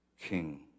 King